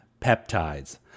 peptides